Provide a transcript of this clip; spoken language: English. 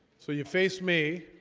so you face me?